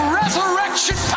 resurrection